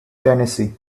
tennessee